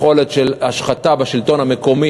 יכולת של השחתה בשלטון המקומי,